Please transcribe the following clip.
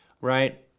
right